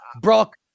Brock